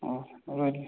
ଅଁ ହଉ ରହିଲି